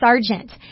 sergeant